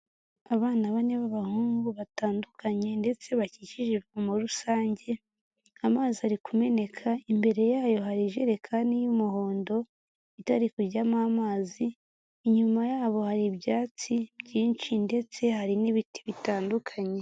Abana bane b'abahungu batandukanye ndetse bakikijwe ivomo rusange, amazi ari kumeneka imbere yayo hari ijerekani y'umuhondo itari kuryamo amazi, inyuma yabo hari ibyatsi byinshi ndetse hari n'ibiti bitandukanye.